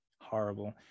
horrible